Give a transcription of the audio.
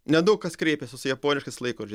nedaug kas kreipiasi su japoniškais laikrodžiais